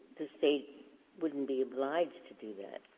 the state wouldn't be obliged to do that,